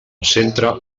centre